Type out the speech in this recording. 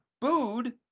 booed